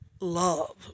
love